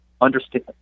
understand